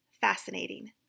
fascinating